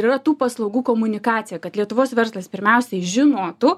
yra tų paslaugų komunikacija kad lietuvos verslas pirmiausiai žinotų